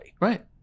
Right